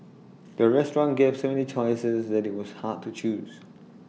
the restaurant gave so many choices that IT was hard to choose